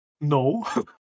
No